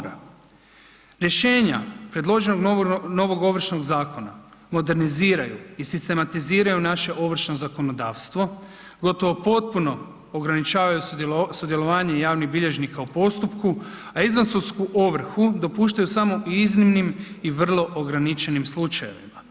Rješenja predloženog novog Ovršnog zakona moderniziraju i sistematiziraju naše ovršno zakonodavstvo, gotovo potpuno ograničavaju sudjelovanje javnih bilježnika u postupku a izvan sudsku ovrhu dopuštaju samo u iznimnim i vrlo ograničenim slučajevima.